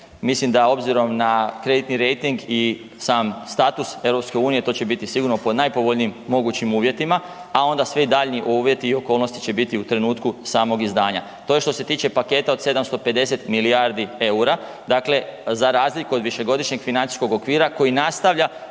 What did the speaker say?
Mislim da obzirom na kreditni rejting i sam status EU to će biti sigurno po najpovoljnijim mogućim uvjetima, a onda svi daljnji uvjeti i okolnosti će biti u trenutku samog izdanja. To je što se tiče paketa od 750 milijardi EUR-a, dakle, za razliku od višegodišnjeg financijskog okvira koji nastavlja